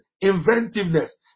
inventiveness